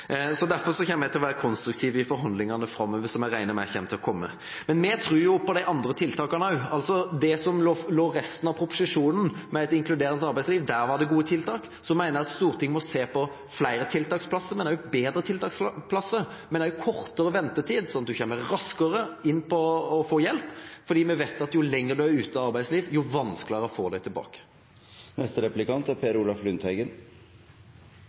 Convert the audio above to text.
så kan man gå veien dit hen gjennom midlertidig ansettelse. Derfor kommer jeg til å være konstruktiv i forhandlingene framover, som jeg regner med at kommer til å komme. Men vi tror på de andre tiltakene også. I det som lå inne om et inkluderende arbeidsliv i resten av proposisjonen, var det gode tiltak. Jeg mener også at Stortinget må se på flere tiltaksplasser – men også bedre tiltaksplasser – og kortere ventetid, så man kommer raskere inn og får hjelp, for vi vet at jo lenger folk er ute av arbeidslivet, jo vanskeligere er det å få dem tilbake